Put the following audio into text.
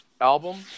album